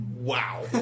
Wow